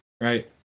right